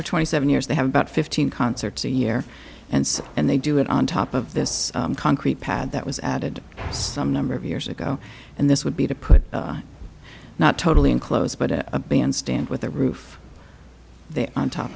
for twenty seven years they have about fifteen concerts a year and so and they do it on top of this concrete pad that was added some number of years ago and this would be to put not totally enclosed but a bandstand with a roof there on top